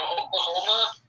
Oklahoma